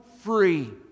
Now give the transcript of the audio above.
free